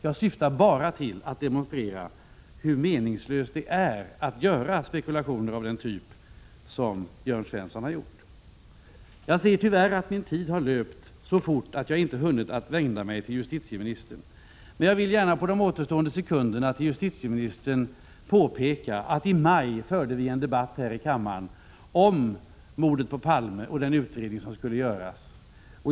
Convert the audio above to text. Jag syftar bara till att demonstrera hur meningslöst det är att göra spekulationer av den typ som Jörn Svensson har gjort. Jag ser tyvärr att min tid har löpt så fort att jag inte hunnit att vända mig till justitieministern. Men jag vill gärna använda de återstående sekunderna till att erinra justitieministern om att vi i maj förde en debatt här i kammaren om mordet på Olof Palme och den utredning som skulle göras.